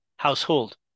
Household